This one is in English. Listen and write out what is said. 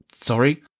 Sorry